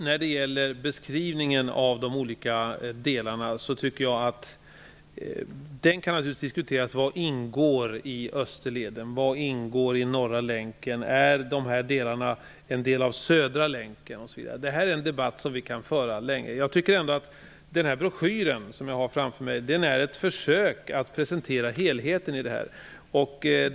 Herr talman! Det kan naturligtvis diskuteras vad som ingår i Österleden eller Norra länken, om delarna är en del av Södra länken, osv. Det är en debatt som vi kan föra länge. Jag tycker ändå att broschyren, som jag har framför mig, är ett försök att presentera helheten i detta.